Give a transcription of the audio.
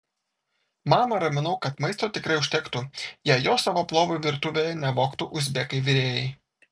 mamą raminau kad maisto tikrai užtektų jei jo savo plovui virtuvėje nevogtų uzbekai virėjai